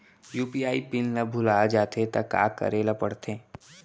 UPI PIN ल भुला जाथे त का करे ल पढ़थे?